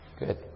Good